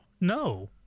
no